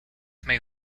may